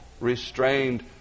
restrained